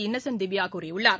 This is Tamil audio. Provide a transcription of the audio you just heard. இன்னசென்ட் திவ்யா கூறியுள்ளார்